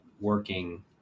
working